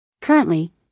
Currently